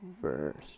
first